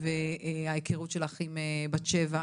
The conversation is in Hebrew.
וההיכרות שלך עם בת שבע.